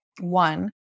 one